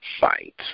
fight